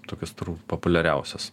tokios turbūt populiariausios